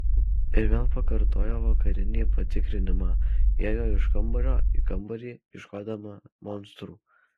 ir vėl pakartojo vakarinį patikrinimą ėjo iš kambario į kambarį ieškodama monstrų